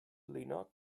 leona